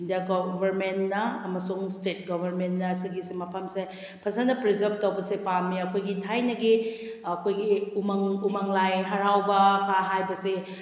India ꯒꯣꯕꯔꯃꯦꯟꯅ ꯑꯃꯁꯨꯡ state ꯒꯣꯕꯔꯃꯦꯟꯅ ꯁꯤꯒꯤꯁꯤ ꯃꯐꯝꯁꯦ ꯐꯖꯅ ꯄ꯭ꯔꯤꯖꯥꯕ ꯇꯧꯕꯁꯦ ꯄꯥꯝꯃꯤ ꯑꯩꯈꯣꯏꯒꯤ ꯊꯥꯏꯅꯒꯤ ꯑꯩꯈꯣꯏꯒꯤ ꯎꯃꯪ ꯎꯃꯪ ꯂꯥꯏ ꯍꯔꯥꯎꯕ ꯀ ꯍꯥꯏꯕꯁꯦ